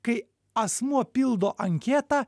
kai asmuo pildo anketą